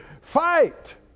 fight